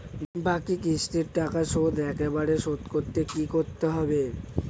বাকি কিস্তির টাকা শোধ একবারে শোধ করতে কি করতে হবে?